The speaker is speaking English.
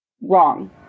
wrong